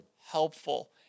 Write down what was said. helpful